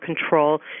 control